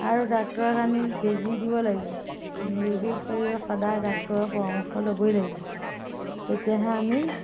আৰু ডাক্তৰক আনি বেজি দিব লাগিব নিৰোগী কৰি সদায় ডাক্তৰৰ পৰামৰ্শ ল'বই লাগিব তেতিয়াহে আমি